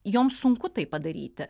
joms sunku tai padaryti